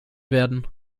werden